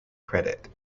credit